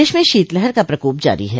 प्रदेश में शीतलहर का प्रकोप जारी है